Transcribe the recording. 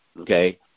okay